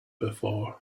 before